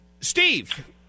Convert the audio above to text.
Steve